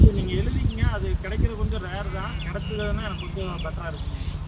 சரி நீங்க எழுதிக்கோங்க அது கிடைக்கறது கொஞ்சம் ரேர் தான் கெடைச்சிதுன்னா எனக்கு கொஞ்சம் பெட்டராக இருக்குங்க